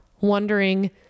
wondering